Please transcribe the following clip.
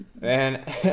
Man